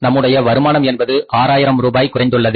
நம்மளுடைய வருமானம் என்பது ஆறாயிரம் ரூபாய் குறைந்துள்ளது